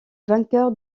vainqueur